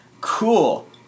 cool